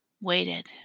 waited